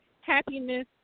Happiness